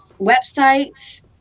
websites